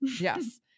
Yes